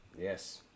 Yes